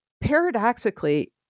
paradoxically